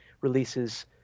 releases